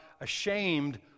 ashamed